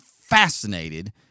fascinated